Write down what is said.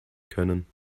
können